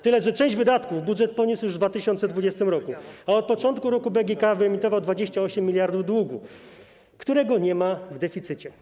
Tyle że część wydatków budżet poniósł już w 2020 r., a od początku roku BGK wyemitował 28 mld długu, którego nie ma w deficycie.